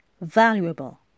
valuable